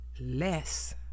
less